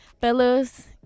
fellas